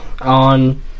on